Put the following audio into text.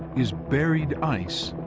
is buried ice,